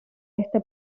este